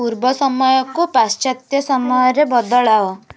ପୂର୍ବ ସମୟକୁ ପାଶ୍ଚାତ୍ୟ ସମୟରେ ବଦଳାଅ